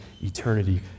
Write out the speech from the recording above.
eternity